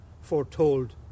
foretold